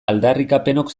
aldarrikapenok